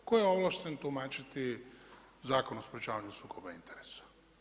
Tko je ovlašten tumačiti Zakon o sprječavanju sukoba interesa.